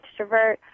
extrovert